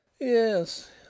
Yes